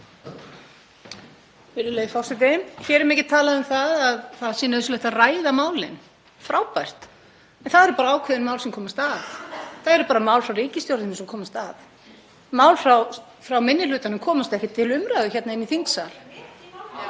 Hér er mikið talað um að það sé nauðsynlegt að ræða málin,. Frábært. En það eru bara ákveðin mál sem komast að, það eru bara mál frá ríkisstjórninni sem komast að. Mál frá minni hlutanum komast ekki til umræðu hérna inni í þingsal.